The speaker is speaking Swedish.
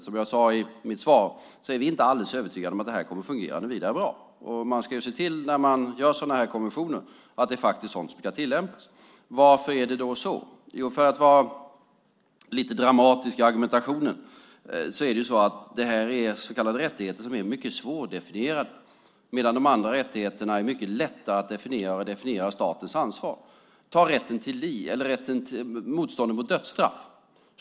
Som jag sade i mitt svar är vi inte alldeles övertygade om att det här kommer att fungera något vidare bra. Man ska ju se till, när man gör sådana här konventioner, att det faktiskt är sådant som ska tillämpas. Varför är det då så? Jo, för att vara lite dramatisk i argumentationen är ju det här så kallade rättigheter som är mycket svårdefinierade medan de andra rättigheterna är mycket lättare att definiera och lättare att definiera statens ansvar för. Ta motståndet mot dödsstraff.